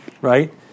right